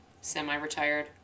semi-retired